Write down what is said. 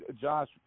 Josh